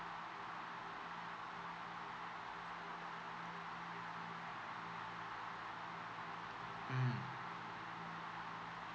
mm